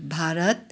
Bharat